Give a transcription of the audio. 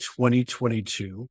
2022